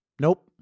nope